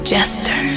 Jester